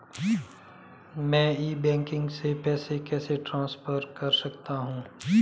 मैं e banking से पैसे कैसे ट्रांसफर कर सकता हूं?